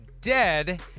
dead